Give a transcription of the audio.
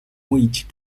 which